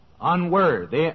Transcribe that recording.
unworthy